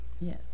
Yes